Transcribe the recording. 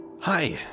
Hi